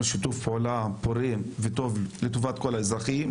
שיתוף פעולה פורה וטוב לטובת כל האזרחים,